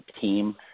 team